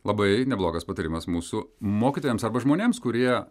labai neblogas patarimas mūsų mokytojams arba žmonėms kurie